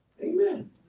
Amen